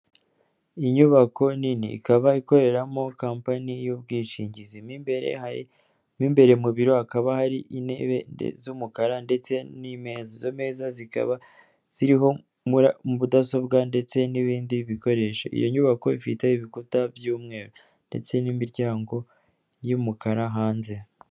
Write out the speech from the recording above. Inyubako nini ikaba ikoreramo kampani y'ubwishingizi; mo imbere mu biro hakaba hari intebe z'umukara ndetse n' imeza, izo meza zikaba ziriho mudasobwa ndetse n'ibindi bikoresho. Iyo nyubako ifite ibikuta by'umweru ndetse n'imiryango y'umukara hanze.